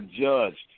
judged